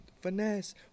finesse